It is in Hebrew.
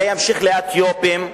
זה ימשיך לאתיופים,